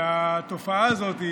התופעה הזאת,